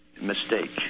mistake